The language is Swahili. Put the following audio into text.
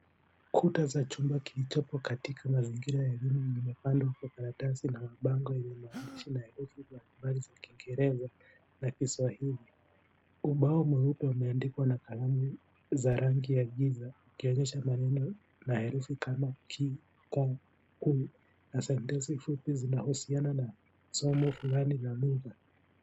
Kuta za chumba kilichopo katika mazingira ya elimu limepandwa kwa karatasi na mabango yenye maandishi na herufi mbalimbali za kiingereza na kiswahili , ubao mweupe umeandikwa na kalamu za rangi ya giza ukionyesha maneno na herufi tano ki ko ku na sentensi fupi zinahusiana na somo fulani la lugha .